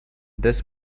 this